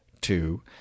two